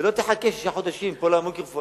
ולא תחכה שישה חודשים פה למיקרופון.